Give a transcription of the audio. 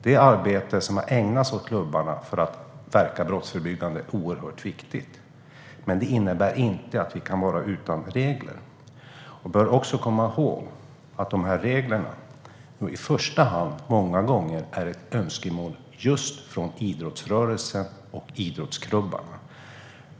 Det arbete som har ägnats åt klubbarna för att verka brottsförebyggande är oerhört viktigt, men det innebär inte att vi kan vara utan regler. Vi bör också komma ihåg att reglerna i första hand många gånger är ett önskemål från idrottsrörelsen och idrottsklubbarna.